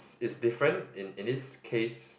is different in in this case